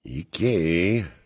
Okay